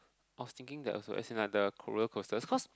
I was thinking that also as in roller coaster because